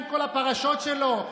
עם כל הפרשות שלו,